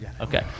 Okay